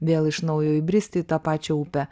vėl iš naujo įbristi į tą pačią upę